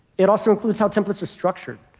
it also includes how templates are structured.